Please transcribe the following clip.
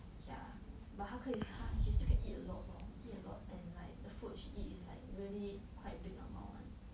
ya but 他可以他 she still can eat a lot lor eat a lot and like the food she eat is like really quite big amount [one]